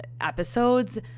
episodes